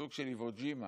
סוג של איוו ג'ימה,